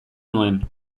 nuen